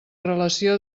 relació